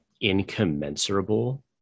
incommensurable